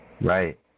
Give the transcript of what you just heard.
Right